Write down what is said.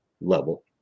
level